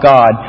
God